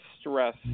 stress